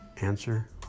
Answer